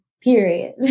Period